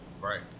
right